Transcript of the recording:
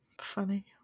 Funny